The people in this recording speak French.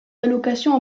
allocations